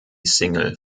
single